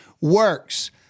works